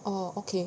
orh okay